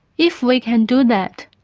if we can do that,